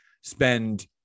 spend